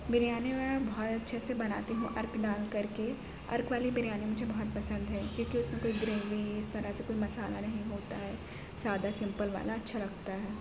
بریانی میں بہت اچھے سے بناتی ہوں عرق ڈال کر کے عرق والی بریانی مجھے بہت پسند ہے کیوں کہ اس میں گریوی اس طرح سے کوئی مصالحہ نہیں ہوتا ہے سادہ سمپل والا اچھا لگتا ہے